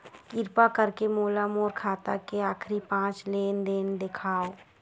किरपा करके मोला मोर खाता के आखिरी पांच लेन देन देखाव